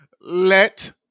Let